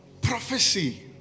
prophecy